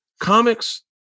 comics